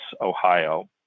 Ohio